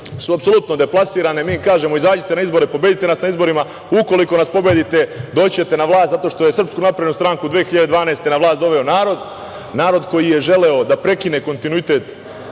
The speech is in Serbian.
su apsolutno deplasirane. Mi kažemo izađite na izbore, pobedite nas na izborima, ukoliko nas pobedite doći ćete na vlast, zato što je SNS 2012. godine doveo narod. Narod koji je želeo da prekine kontinuitet